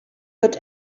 wird